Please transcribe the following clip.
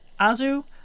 Azu